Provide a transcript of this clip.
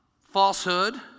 Falsehood